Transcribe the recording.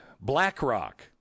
BlackRock